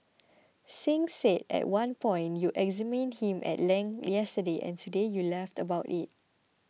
Singh said at one point you examined him at length yesterday and today you laugh about it